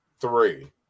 three